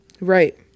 Right